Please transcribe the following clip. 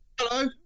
hello